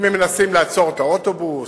אם הם מנסים לעצור את האוטובוס,